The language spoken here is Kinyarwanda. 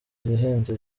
zihenze